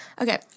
Okay